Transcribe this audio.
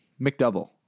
McDouble